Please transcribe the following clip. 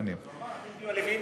הוא היה אמור לדאוג